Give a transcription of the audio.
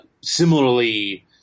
similarly